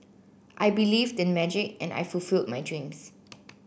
I believed in magic and I fulfilled my dreams